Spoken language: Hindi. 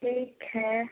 ठीक है